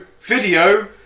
video